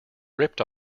ripped